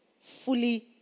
fully